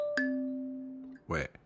Wait